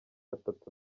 atatu